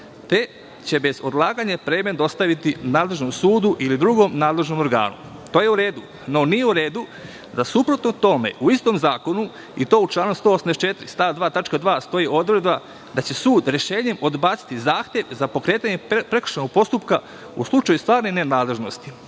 te će bez odlaganja predmet dostaviti nadležnom sudu ili drugom nadležnom organu. To je u redu. Nije u redu da suprotno tome u istom zakonu i to u članu 184. stav 2. tačka 2) stoji odredba da će sud rešenjem odbaciti zahtev za pokretanje prekršajnog postupka u slučaju stvarne nenadležnosti.